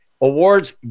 awards